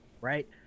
right